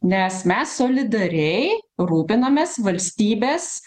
nes mes solidariai rūpinamės valstybės